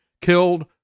killed